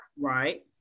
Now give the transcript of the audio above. right